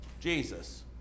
Jesus